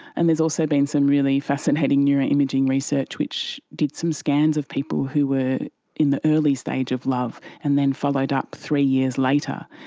and there has also been some really fascinating neuroimaging research which did some scans of people who were in the early stage of love and then followed up three years later,